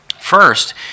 First